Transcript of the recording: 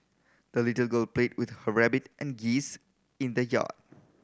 the little girl played with her rabbit and geese in the yard